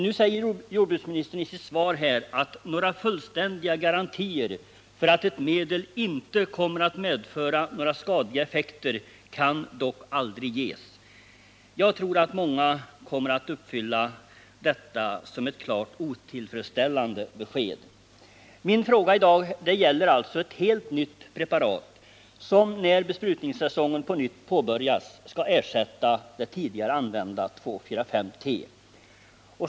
Nu säger jordbruksministern i sitt svar: ”Några fullständiga garantier för att ett medel inte kommer att medföra några skadliga effekter kan dock aldrig ges.” Jag tror att många kommer att uppleva detta som ett klart otillfredsställande besked. Min fråga i dag gäller ett helt nytt preparat, som när besprutningssäsongen påbörjas skall ersätta det tidigare använda 2,4,5-T.